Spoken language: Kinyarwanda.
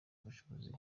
ubushobozi